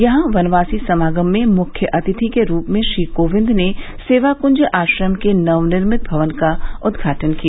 यहां वनवासी समागम में मुख्य अतिथि के रूप में श्री कोविंद ने सेवा कुंज आश्रम के नव निर्मित भवन का उद्घाटन किया